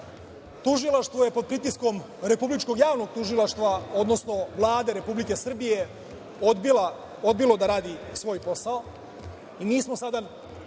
Tužilaštvo je pod pritiskom Republičkog javnog tužilaštva, odnosno Vlade Republike Srbije odbilo da radi svoj posao